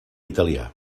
italià